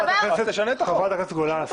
חברת הכנסת גולן.